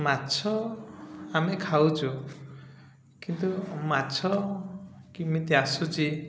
ମାଛ ଆମେ ଖାଉଛୁ କିନ୍ତୁ ମାଛ କେମିତି ଆସୁଛି